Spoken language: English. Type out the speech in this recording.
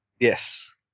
Yes